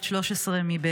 בת 13 מבארי,